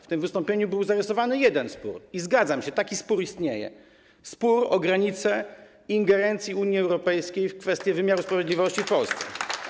W tym wystąpieniu był zarysowany jeden spór i zgadzam się, taki spór istnieje - spór o granicę ingerencji Unii Europejskiej w kwestię wymiaru sprawiedliwości w Polsce.